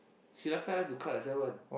she last time like to cut herself one